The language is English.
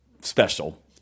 special